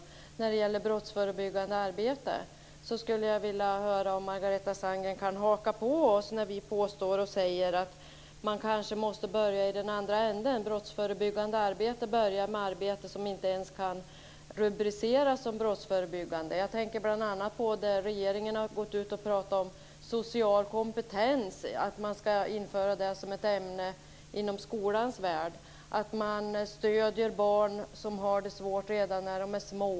Jag skulle när det gäller det brottsförebyggande arbetet vilja höra om Margareta Sandgren kan haka på oss när vi menar att man kanske måste börja i en annan ände. Det brottsförebyggande arbetet kan börja med arbete som inte i sig kan rubriceras som brottsförebyggande. Jag tänker bl.a. på att regeringen har talat om att man ska införa social kompetens som ett ämne inom skolans värld. Man vill stödja barn som har det svårt redan när de är små.